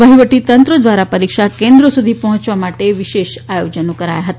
વહીવટી તંત્રો ધ્વારા પરીક્ષા કેન્દ્રો સુધી પહોચવા વિશેષ આયોજનો કરાયા હતા